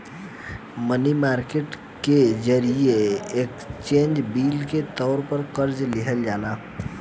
मनी market के जरिए exchange bill के तौर पर कर्जा लिहल जाला